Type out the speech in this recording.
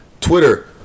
Twitter